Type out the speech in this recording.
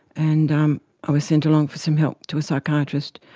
and um i was sent along for some help to a psychiatrist.